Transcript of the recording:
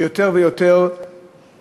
שמעמדו של המורה יותר ויותר מכורסם,